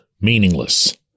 meaningless